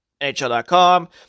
NHL.com